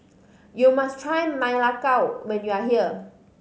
you must try Ma Lai Gao when you are here